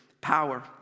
power